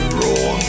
raw